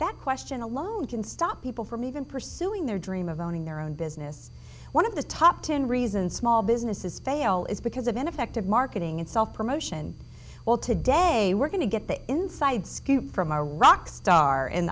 that question alone can stop people from even pursuing their dream of owning their own business one of the top ten reasons small businesses fail is because of ineffective marketing and self promotion well today we're going to get the inside scoop from our rock star in